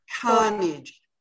carnage